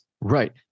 Right